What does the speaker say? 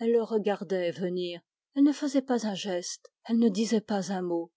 elle le regardait venir elle ne faisait pas un geste elle ne disait pas un mot